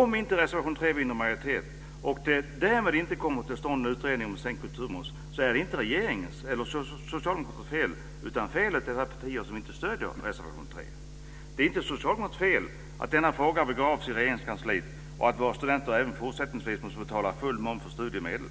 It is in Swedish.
Om reservation 3 inte vinner majoritet och det därmed inte kommer till stånd en utredning om sänkt kulturmoms är det inte regeringens eller Socialdemokraternas fel, utan felet är de partiers som inte stöder reservation 3. Det är inte Socialdemokraternas fel att denna fråga begravs i Regeringskansliet och att våra studenter även fortsättningsvis måste betala full moms på studiemedel.